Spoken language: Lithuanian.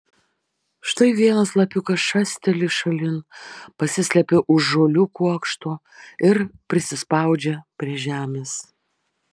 štai vienas lapiukas šasteli šalin pasislepia už žolių kuokšto ir prisispaudžia prie žemės